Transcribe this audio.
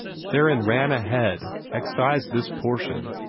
theron ran ahead, excised this portion,